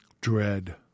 Dread